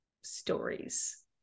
stories